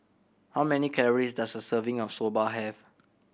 how many calories does a serving of Soba have